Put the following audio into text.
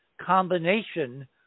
combination